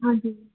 हजुर